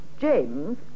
James